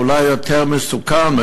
ואולי יותר מסוכן,